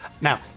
Now